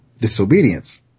disobedience